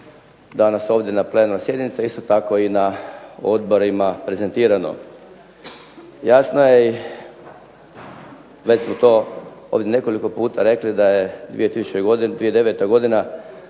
danas ovdje na plenarnoj sjednici, a isto tako i na odborima prezentirano. Jasno je i već smo to ovdje nekoliko puta rekli da je 2009. godina,